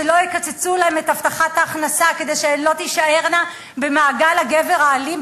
שלא יקצצו להן את הבטחת ההכנסה כדי שהן לא תישארנה במעגל הגבר האלים,